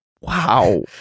Wow